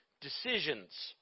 decisions